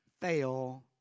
fail